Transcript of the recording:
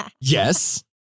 Yes